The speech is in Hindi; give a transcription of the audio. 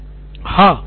सिद्धार्थ मतुरी हाँ